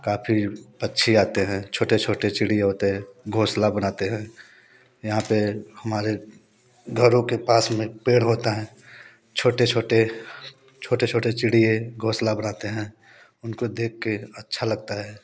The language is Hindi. काफ़ी पक्षी आते हैं छोटे छोटे चिड़िया होते हैं घोंसला बनाते हैं यहाँ पर हमारे घरों के पास में पेड़ होता हैं छोटे छोटे छोटे छोटे चिड़िए घोसला बनाते हैं उनको देख कर अच्छा लगता है